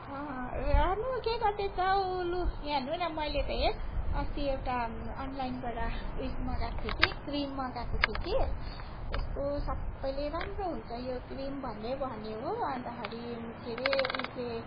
रानु के गर्दैछौँ लु यहाँ हेर्नु न मैले त हेर अस्ति एउटा अनलाइनबाट उयस मगाएको थिएँ कि क्रिम मगाएको थिएँ कि कस्तो सबैले राम्रो हुन्छ यो क्रिम भन्ने भन्यो हो अन्तखेरि के अरे उसले